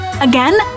Again